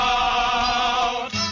out